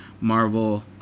marvel